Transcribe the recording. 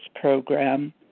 program